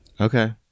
Okay